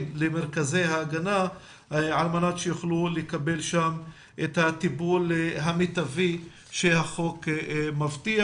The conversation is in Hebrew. למרכזי ההגנה על מנת שיוכלו לקבל שם את הטיפול המיטבי שהחוק מבטיח.